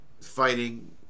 fighting